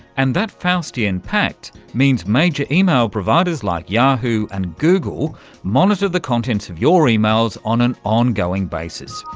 and that faustian pact means major email providers like yahoo and google monitor the contents of your emails on an ongoing basis.